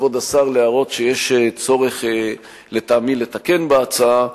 כבוד השר, להערות שיש צורך לטעמי לתקן בהצעה.